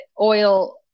oil